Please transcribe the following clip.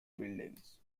buildings